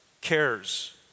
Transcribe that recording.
cares